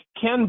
Ken